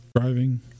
driving